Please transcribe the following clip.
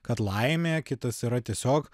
kad laimė kitas yra tiesiog